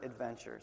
adventures